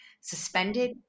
suspended